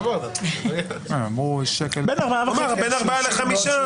בין ארבעה לחמישה,